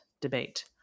debate